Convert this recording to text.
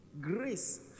grace